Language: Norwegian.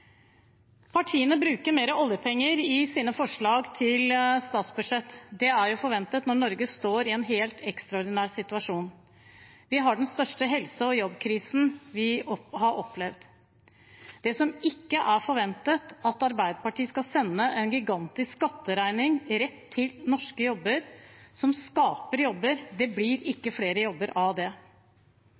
Partiene bruker mer oljepenger i sine forslag til statsbudsjett. Det er forventet når Norge står i en helt ekstraordinær situasjon. Vi har den største helse- og jobbkrisen vi har opplevd. Det som ikke er forventet, er at Arbeiderpartiet skal sende en gigantisk skatteregning rett til norske jobber, og de som skaper jobber. Det blir ikke flere jobber av det.